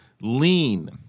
lean